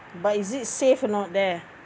but is it safe or not there